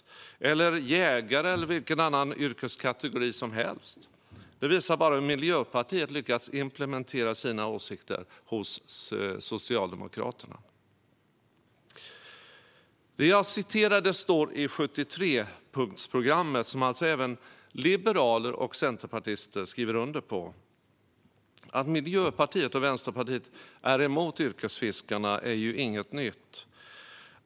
Det skulle också kunna gälla jägare eller vilken annan yrkeskategori som helst. Det visar bara hur Miljöpartiet har lyckats implementera sina åsikter hos Socialdemokraterna. Detta står också i 73-punktsprogrammet, som alltså även liberaler och centerpartister skriver under på. Att Miljöpartiet och Vänsterpartiet är emot yrkesfiskarna är ju inget nytt.